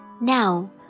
Now